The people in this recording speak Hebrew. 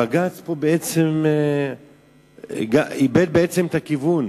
בג"ץ בעצם איבד את הכיוון.